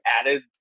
added